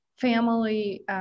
family